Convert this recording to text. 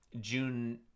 June